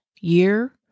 year